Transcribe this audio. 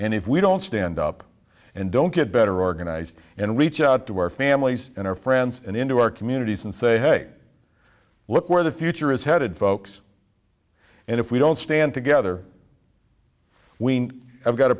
and if we don't stand up and don't get better organized and reach out to our families and our friends and into our communities and say hey look where the future is headed folks and if we don't stand together we have got a